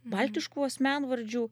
baltiškų asmenvardžių